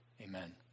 Amen